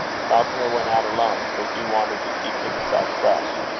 falconer went out alone, for hugh wanted to keep himself fresh.